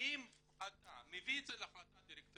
אם אתה מביא את זה להחלטת דירקטוריון,